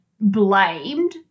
blamed